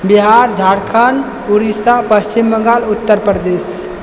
Bihar Jharkhand Orissa Paschim Bangal Uttar Pradesh